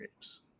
games